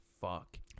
fuck